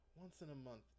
once-in-a-month